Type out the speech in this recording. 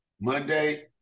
Monday